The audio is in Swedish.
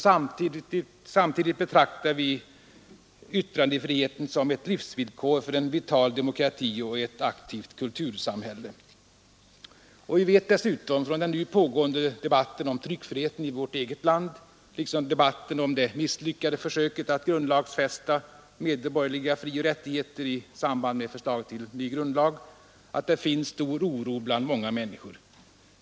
Samtidigt betraktar vi yttrandefriheten som ett livsvillkor för en vital demokrati och ett aktivt kultursamhälle. Vi vet dessutom från den nu pågående debatten om tryckfriheten i vårt land liksom från debatten om det misslyckade försöket att grundlagsfästa de medborgerliga frioch rättigheterna i samband med förslaget till ny grundlag, att det finns en stor oro bland många människor.